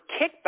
kickbacks